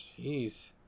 Jeez